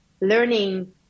learning